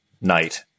night